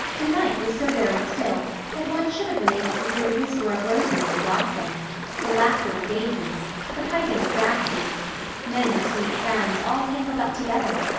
the night was so very still that one should have been able to hear the whisper of roses in blossom the laughter of daisies the piping of grasses many sweet sounds, all tangled up together.